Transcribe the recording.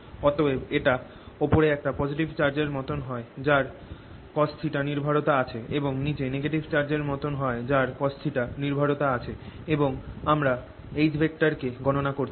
অতএব এটা ওপরে একটা পজিটিভ চার্জ এর মতন হয় যার cosθ নির্ভরতা আছে এবং নিচে নেগাটিভ চার্জ এর মতন হয় যার cosθ নির্ভরতা আছে এবং আমরা H কে গণনা করছি